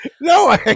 No